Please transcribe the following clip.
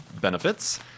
benefits